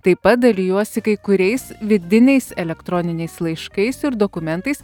taip pat dalijuosi kai kuriais vidiniais elektroniniais laiškais ir dokumentais